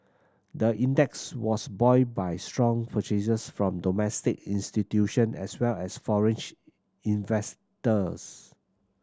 the index was buoyed by strong purchases from domestic institution as well as investors